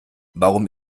warum